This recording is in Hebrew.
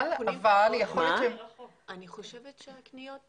אני חושבת שהקניות